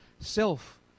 self